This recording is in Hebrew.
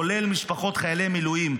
כולל משפחות חיילי מילואים,